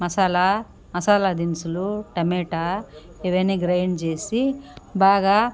మసాలా మసాలదినుసులు టమేటా ఇవన్నీ గ్రైండ్ చేసి బాగా